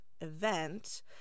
event